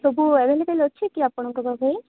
ସବୁ ଏଭେଲେବଲ୍ ଅଛି କି ଆପଣଙ୍କ ପାଖେ